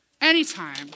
Anytime